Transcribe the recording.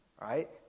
right